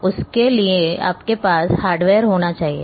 और उसके लिए आपके पास हार्डवेयर होना चाहिए